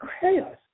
chaos